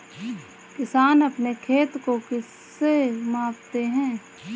किसान अपने खेत को किससे मापते हैं?